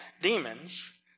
demons